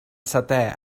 seté